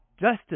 justice